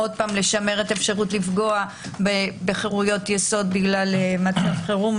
שוב לשמר את האפשרות לפגוע בחירויות יסוד בגלל מצב חירום.